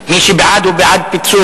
בעד,